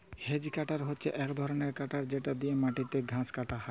hedge cutter হছে ইক ধরলের কাটার যেট দিঁয়ে মাটিতে ঘাঁস কাটা হ্যয়